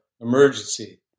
emergency